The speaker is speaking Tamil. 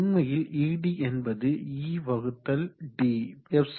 உண்மையில் ed என்பது e வகுத்தல் d